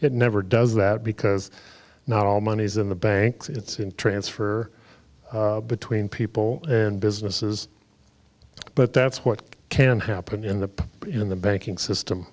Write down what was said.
it never does that because not all monies in the banks it's in transfer between people and businesses but that's what can happen in the in the banking system